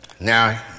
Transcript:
Now